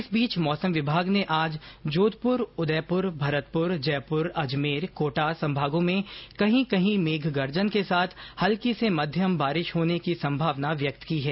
इस बीच मौसम विभाग ने आज जोधपुर उदयपुर भरतपुर जयपुर अजमेर कोटा संभागों में कहीं कहीं मेघ गर्जन के साथ हल्की से मध्यम बारिश होने की संभावना व्यक्त की है